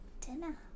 Dinner